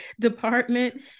department